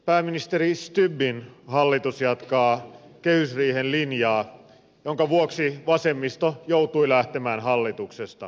pääministeri stubbin hallitus jatkaa kehysriihen linjaa jonka vuoksi vasemmisto joutui lähtemään hallituksesta